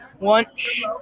lunch